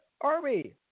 Army